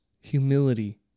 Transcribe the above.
humility